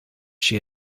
she